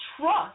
trust